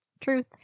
Truth